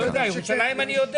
ירושלים אני יודע